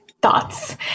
thoughts